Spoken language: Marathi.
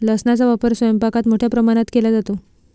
लसणाचा वापर स्वयंपाकात मोठ्या प्रमाणावर केला जातो